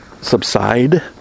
subside